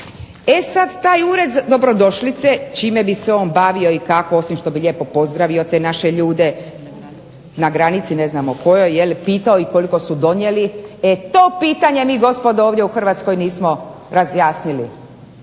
E sad taj ured dobrodošlice čime bi se on bavio i kako osim što bi lijepo pozdravio te naše ljude na granici ne znamo kojoj, je li pitao ih koliko su donijeli. E to pitanje mi gospodo ovdje u Hrvatskoj nismo razjasnili.